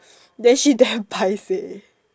then she damn paiseh